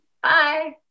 Bye